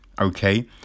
okay